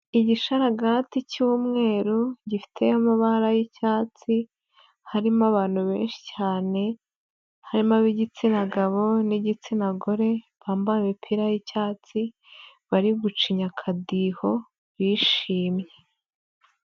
Igishararagati cy'umweru gifite amabara y'icyatsi harimo abantu benshi cyane, harimo ab'igitsina gabo n'igitsina gore bambaye imipira y'icyatsi bari gucinya akadiho bishimye.